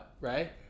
right